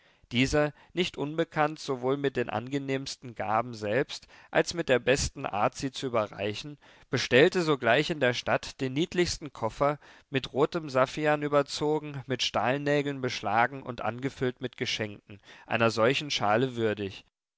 dieser nicht unbekannt sowohl mit den angenehmsten gaben selbst als mit der besten art sie zu überreichen bestellte sogleich in der stadt den niedlichsten koffer mit rotem saffian überzogen mit stahlnägeln beschlagen und angefüllt mit geschenken einer solchen schale würdig